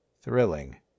Thrilling